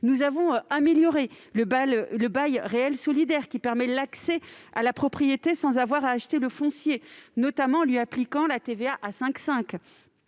Nous avons amélioré le bail réel solidaire, lequel permet l'accès à la propriété sans avoir à acheter le foncier, notamment en lui appliquant la TVA à 5,5